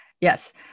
Yes